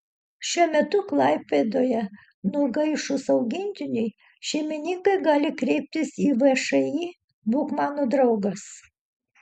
šiuo metu klaipėdoje nugaišus augintiniui šeimininkai gali kreiptis į všį būk mano draugas